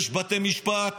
יש בתי משפט,